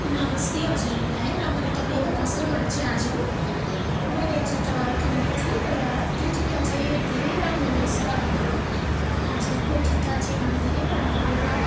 नमस्ते हजुरहरूलाई र मैले तपाईँको पसलबाट चाहिँ आज मैले जुत्ता किनेको थिएँ तर त्यो जुत्ता चाहिँ धेरै राम्रो रहेछ होइन हजुरको जुत्ता चाहिँ मलाई धेरै मनपऱ्यो र